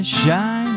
shine